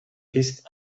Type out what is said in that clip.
ist